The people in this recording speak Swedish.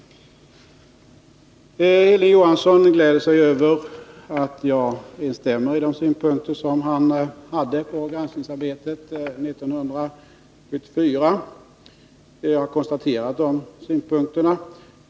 Hilding Johansson gläder sig över att jag instämmer i de synpunkter som han hade på granskningsarbetet 1974. Jag har konstaterat de synpunkterna.